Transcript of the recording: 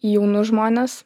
į jaunus žmones